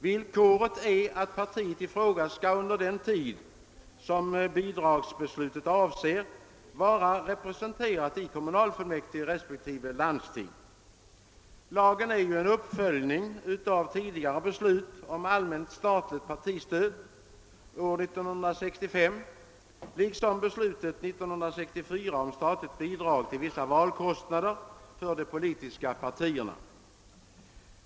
Villkoret är att partiet i fråga skall under den tid bidragsbeslutet avser vara representerat i kommunalfullmäktige respektive landsting. Lagen är ju en uppföljning av tidigare beslut om allmänt statligt partistöd år 1965 liksom av beslutet år 1964 om statligt bidrag till vissa valkostnader för de politiska partierna.